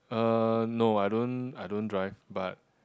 uh no I don't I don't drive but